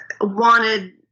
wanted